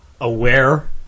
aware